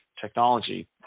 technology